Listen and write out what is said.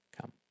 come